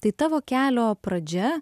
tai tavo kelio pradžia